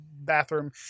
bathroom